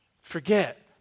forget